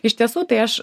iš tiesų tai aš